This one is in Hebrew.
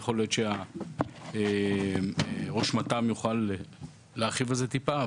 יכול להיות שהראש מת״מ יוכל להרחיב על זה טיפה.